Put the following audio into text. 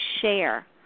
share